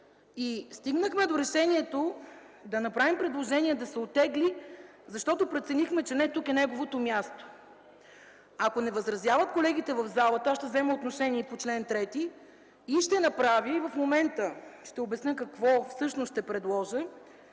и стигнахме до решението да направим предложение да се оттегли, защото преценихме, че не тук е неговото място. Ако не възразяват колегите в залата, ще взема отношение по чл. 3. В момента ще обясня какво всъщност ще предложа